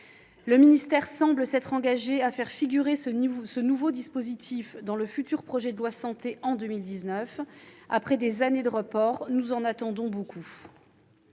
Le ministère semble s'être engagé à faire figurer ce nouveau dispositif dans le futur projet de loi Santé en 2019. Après des années de report, nous en attendons beaucoup.